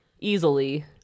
easily